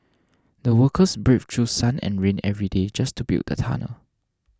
the workers braved through sun and rain every day just to build the tunnel